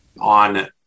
on